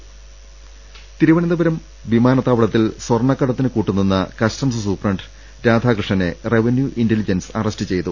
രദ്ദേഷ്ടങ തിരുവനന്തപുരം വിമാനത്താവളത്തിൽ സ്വർണക്കടത്തിന് കൂട്ടുനിന്ന കസ്റ്റംസ് സൂപ്രണ്ട് രാധാകൃഷ്ണനെ റവന്യൂ ഇന്റലിജൻസ് അറസ്റ്റ് ചെയ്തു